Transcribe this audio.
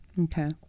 Okay